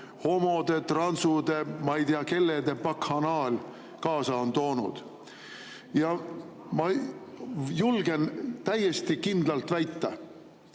homode, transude, ma ei tea, kelle bakhanaal kaasa on toonud. Ma julgen täiesti kindlalt väita,